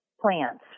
plants